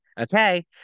Okay